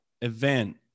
event